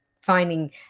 finding